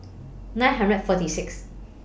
nine hundred and forty six